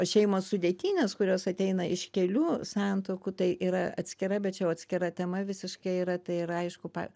šeimos sudėtinės kurios ateina iš kelių santuokų tai yra atskira bet čia jau atskira tema visiškai yra tai yra aišku pa